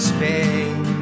Spain